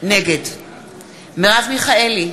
נגד מרב מיכאלי,